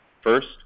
First